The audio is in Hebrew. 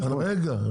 רגע,